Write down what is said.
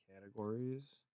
categories